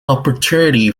opportunity